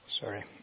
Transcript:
Sorry